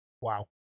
wow